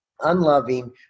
unloving